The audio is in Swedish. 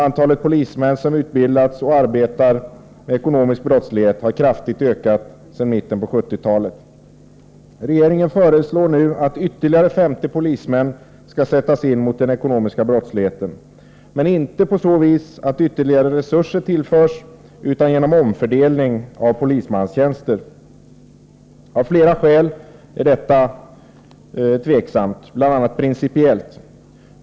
Antalet polismän som utbildas och arbetar med ekonomisk brottslighet har kraftigt ökat sedan mitten på 1970-talet. Regeringen föreslår nu att ytterligare 50 polismän skall sättas in mot den ekonomiska brottsligheten, men inte på så vis att ytterligare resurser tillförs utan genom omfördelning av polismanstjänster. Av flera skäl är detta principiellt tveksamt.